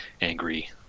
angry